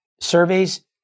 surveys